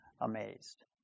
amazed